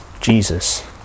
Jesus